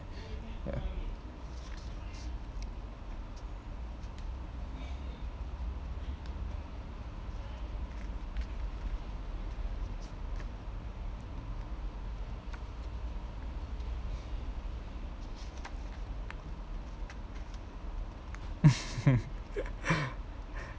ya